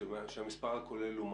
שמה הוא המספר הכולל?